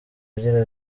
agira